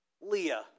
Leah